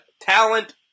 talent